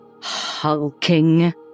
hulking